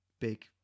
big